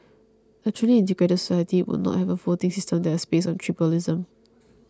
a truly integrated society would not have a voting system that was based on tribalism